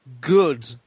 good